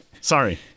Sorry